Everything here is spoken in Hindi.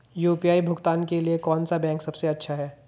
यू.पी.आई भुगतान के लिए कौन सा बैंक सबसे अच्छा है?